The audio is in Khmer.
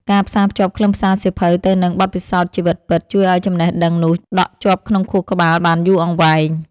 ការផ្សារភ្ជាប់ខ្លឹមសារសៀវភៅទៅនឹងបទពិសោធន៍ជីវិតពិត ជួយឱ្យចំណេះដឹងនោះដក់ជាប់ក្នុងខួរក្បាលបានយូរអង្វែង។